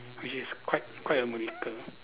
which is quite quite a miracle